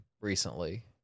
recently